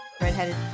redheaded